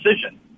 decision